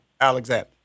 Alexander